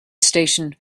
station